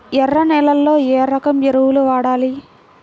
ఎర్ర నేలలో ఏ రకం ఎరువులు వాడాలి?